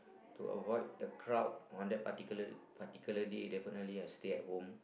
to avoid the crowd on that particular particular day definitely I stay at home